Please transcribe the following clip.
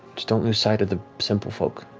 just don't lose sight of the simple folk,